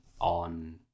on